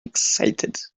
excited